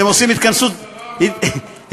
אתם עושים התכנסות סיעתית?